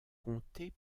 comté